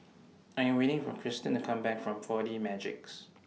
I Am waiting For Christen to Come Back from four D Magix